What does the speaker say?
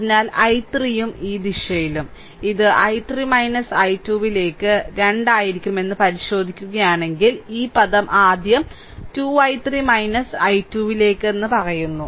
അതിനാൽ I3 ഉം ഈ ദിശയിലും ഇത് I3 I2 ലേക്ക് 2 ആയിരിക്കുമെന്ന് പരിശോധിക്കുകയാണെങ്കിൽ ഈ പദം ആദ്യം 2 I3 I2 ലേക്ക് പറയുന്നു